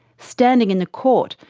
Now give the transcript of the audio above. standing in the court,